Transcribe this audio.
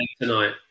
tonight